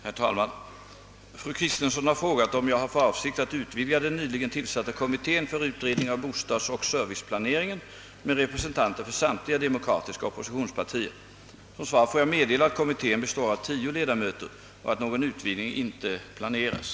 Herr talman! Fru Kristensson har frågat om jag har för avsikt att utvidga den nyligen tillsatta kommittén för utredning av bostadsoch serviceplaneringen med representanter för samtliga demokratiska oppositionspartier. Som svar får jag meddela att kommittén består av tio ledamöter och att någon utvidgning inte planeras.